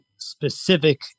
specific